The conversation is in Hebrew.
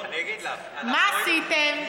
מה עשיתם?